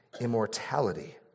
immortality